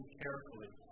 carefully